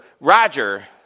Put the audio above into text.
Roger